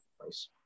place